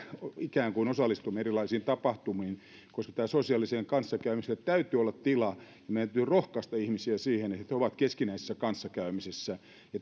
ikään kuin osallistumme erilaisiin tapahtumiin koska sosiaaliselle kanssakäymiselle täytyy olla tila ja meidän täytyy rohkaista ihmisiä siihen että he ovat keskinäisessä kanssakäymisessä